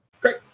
Great